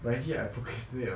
but actually I purposely